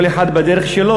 כל אחד בדרך שלו,